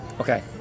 okay